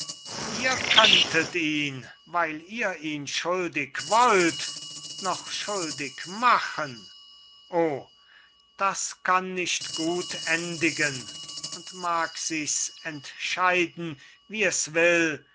ihr könntet ihn weil ihr ihn schuldig wollt noch schuldig machen o das kann nicht gut endigen und mag sichs entscheiden wie es will